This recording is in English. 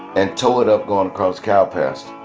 and tore it up going across cow pastures.